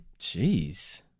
Jeez